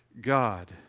God